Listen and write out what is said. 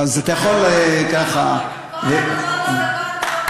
אז אתה יכול ככה, כל הכבוד לו וכל הכבוד לפרגון.